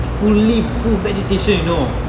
fully full vegetation you know